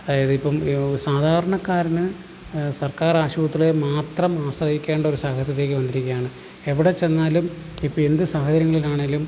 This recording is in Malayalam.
അതായത് ഇപ്പം സാധാരണക്കാരന് സർക്കാർ ആശുപത്രികൾ മാത്രം ആശ്രയിക്കേണ്ട ഒരു സാഹചര്യത്തിലേക്ക് വന്നിരിക്കുകയാണ് എവിടെ ചെന്നാലും ഇപ്പോൾ എന്ത് സാഹചര്യങ്ങളിലാണെങ്കിലും